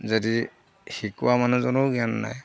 যদি শিকোৱা মানুহজনো জ্ঞান নাই